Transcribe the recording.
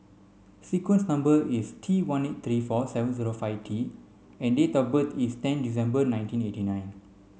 sequence number is T one eight three four seven zero five T and date of birth is ten December nineteen eighty nine